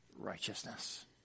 righteousness